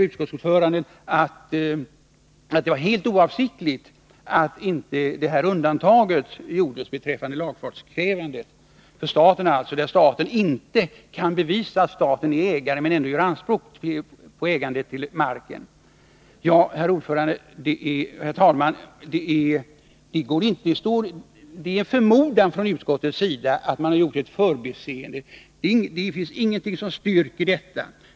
Utskottsordföranden säger nu att det var ett förbiseende att man inte gjorde undantag beträffande lagfartskrav för staten i fall där staten inte kan bevisas vara ägare men ändå göra anspråk på äganderätt till marken. Herr talman! Det är en förmodan från utskottets sida att det var ett förbiseende. Det finns ingenting som kan styrka detta.